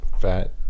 fat